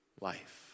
life